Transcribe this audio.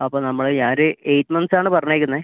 അപ്പോൾ നമ്മൾ ഞാനൊരു എയ്റ്റ് മന്ത്സ് ആണ് പറഞ്ഞിരിക്കുന്നത്